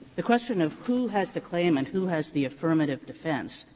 the question of who has the claim and who has the affirmative defense,